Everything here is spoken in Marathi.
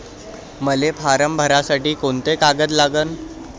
मले फारम भरासाठी कोंते कागद लागन?